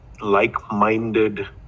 like-minded